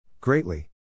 Greatly